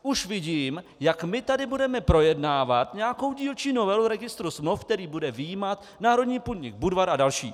Už vidím, jak my tady budeme projednávat nějakou dílčí novelu registru smluv, který bude vyjímat národní podnik Budvar a další.